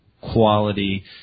quality